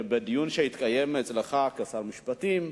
שבדיון שהתקיים אצלך כשר המשפטים,